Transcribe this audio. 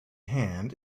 hand